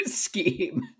Scheme